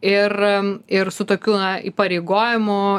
ir ir su tokiu na įpareigojimu